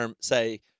say